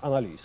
analys.